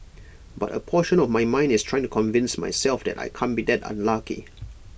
but A portion of my mind is trying to convince myself that I can't be that unlucky